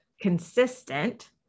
consistent